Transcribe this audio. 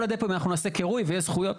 הדפואים אנחנו נעשה קירוי ויהיו זכויות.